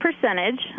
percentage